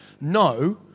No